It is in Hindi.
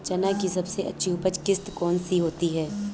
चना की सबसे अच्छी उपज किश्त कौन सी होती है?